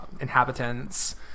inhabitants